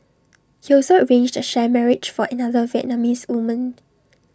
he also arranged A sham marriage for another Vietnamese woman